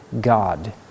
God